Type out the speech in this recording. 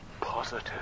positive